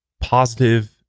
positive